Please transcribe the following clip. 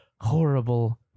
horrible